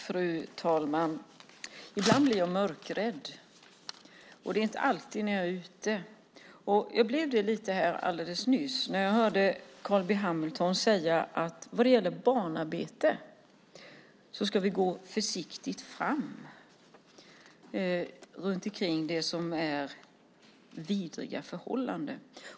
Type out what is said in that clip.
Fru talman! Ibland blir jag mörkrädd, och det är inte alltid när jag är ute. Jag blev det lite här alldeles nyss när jag hörde Carl B Hamilton säga att när det gäller barnarbete ska vi gå försiktigt fram runt omkring det som är vidriga förhållanden.